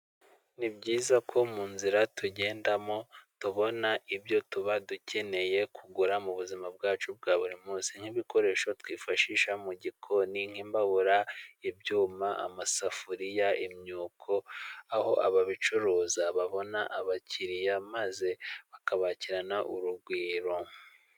Ni byiza ko mu nzira tugendamo tubona ibyo tuba dukeneye kugura mu buzima bwacu bwa buri munsi, nk'ibikoresho twifashisha mu gikoni nk'imbabura, ibyuma, amasafuriya, imyuko ,aho ababicuruza babona abakiriya maze bakabakirana urugwiro.